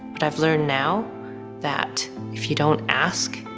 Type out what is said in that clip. but i've learned now that if you don't ask,